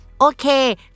Okay